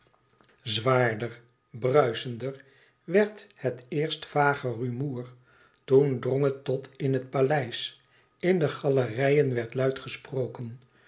zwaarder bruisender werd het eerst vage rumoer toen drong het tot in het paleis in de galerijen werd luid gesproken